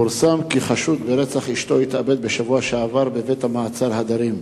פורסם כי חשוד ברצח אשתו התאבד בשבוע שעבר בבית-המעצר "הדרים".